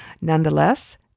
Nonetheless